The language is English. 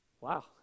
Wow